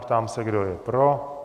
Ptám se, kdo je pro.